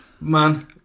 man